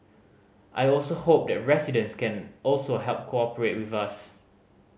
I also hope that residents can also help cooperate with us